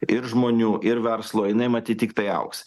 ir žmonių ir verslo jinai matyt tiktai augs